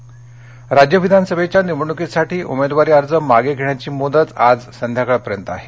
निवडणक राज्य विधानसभेच्या निवडणूकीसाठी उमेदवारी अर्ज मागे घेण्याची मुदत आज संध्याकाळपर्यंत आहे